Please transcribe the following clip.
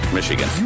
Michigan